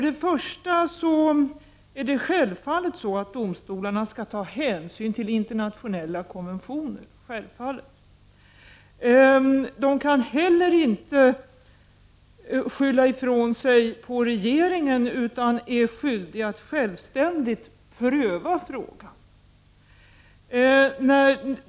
Domstolarna skall självfallet ta hänsyn till internationella konventioner. De kan inte heller skylla ifrån sig på regeringen utan är skyldiga att självständigt pröva frågan.